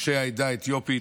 אנשי העדה האתיופית,